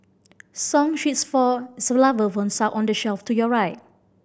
song sheets for xylophones are on the shelf to your right